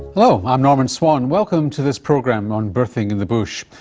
hello, i'm norman swan. welcome to this program on birthing in the bush.